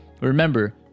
remember